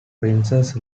princess